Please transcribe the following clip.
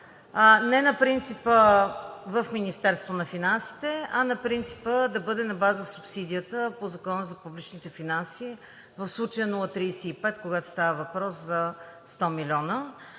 не на принципа – в Министерството на финансите, а на принципа да бъде на база субсидията по Закона за публичните финанси – в случая 0,35, когато става въпрос за 100 милиона.